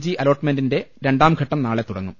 G അലോട്ട്മെന്റിന്റെ രണ്ടാം ഘട്ടം നാളെ തുടങ്ങും